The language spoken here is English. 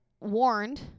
warned